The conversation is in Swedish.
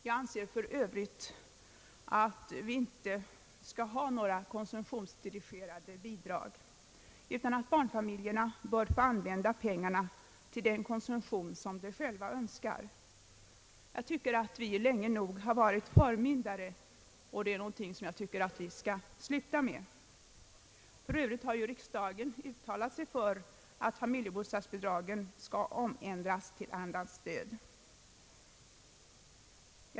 Jag anser för Övrigt att vi inte skall ha några konsumtionsdirigerande bidrag utan ait barnfamiljerna bör få använda pengarna till den konsumtion som de själva önskar. Jag tycker att vi länge nog har varit förmyndare och jag tycker att vi skall sluta med det. Dessutom har ju riksdagen uitalat sig för att familjebostadsbidragen skall ändras till annat stöd.